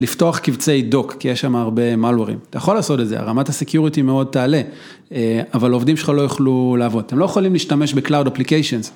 לפתוח קבצי דוק, כי יש שם הרבה מלווארים, אתה יכול לעשות את זה, הרמת הסיקיוריטי מאוד תעלה, אבל עובדים שלך לא יוכלו לעבוד, הם לא יכולים להשתמש בקלאוד אפליקיישן.